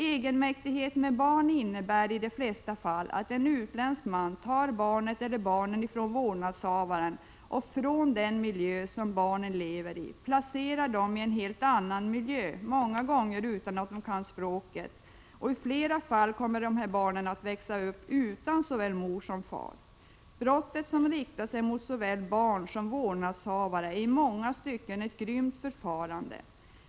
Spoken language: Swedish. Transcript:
Egenmäktighet med barn innebär i de flesta fall att en utländsk man tar barnet eller barnen från vårdnadshavaren och från den miljö som barnen lever i och placerar dem i en helt annan miljö, många gånger utan att de kan språket. I flera fall kommer dessa barn att växa upp utan såväl mor som far. Brottet, som riktar sig mot såväl barn som vårdnadshavare, är i många stycken ett grymt förfarande.